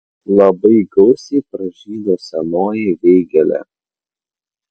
labai gausiai pražydo senoji veigelė